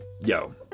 yo